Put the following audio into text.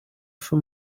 from